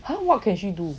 !huh! what can she do